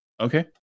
Okay